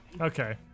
Okay